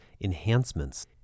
enhancements